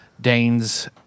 Dane's